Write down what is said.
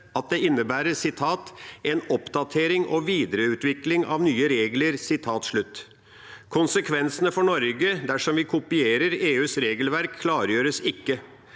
at det innebærer «en oppdatering og videreutvikling av nye regler». Konsekvensene for Norge, dersom vi kopierer EUs regelverk, klargjøres ikke.